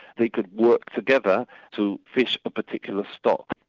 they could work together to fish a particular stock.